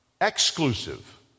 exclusive